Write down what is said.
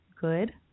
Good